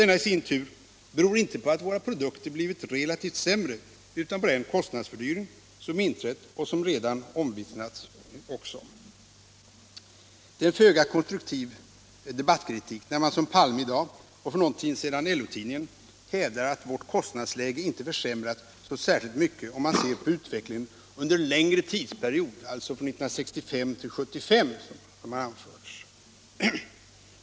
Detta i sin tur beror inte på att våra produkter blivit relativt sett sämre, utan på den kostnadsökning som inträtt och som också den redan blivit omvittnad. Det är en föga konstruktiv debatteknik att som herr Palme i dag och för någon tid sedan LO-tidningen hävda att vårt kostnadsläge inte försämrats så särskilt mycket, om man ser på utvecklingen under en längre tidsperiod, alltså från 1965 till 1975 som här anförts.